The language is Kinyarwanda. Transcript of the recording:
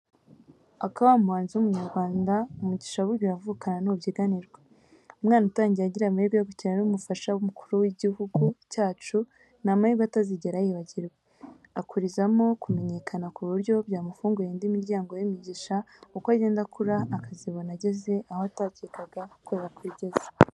Aka wa muhanzi w'Umunyarwanda, umugisha burya uravukanwa, ntubyiganirwa, umwana utangiye agira amahirwe yo gukina n'umufasha w'Umukuru w'igihugu cyacu, ni amahirwe atazigera yibagirwa, akurizamo kumenyekana ku buryo byamufungurira indi miryango y'imigisha uko agenda akura, akazibona ageze aho atakekaga ko yakwigeza.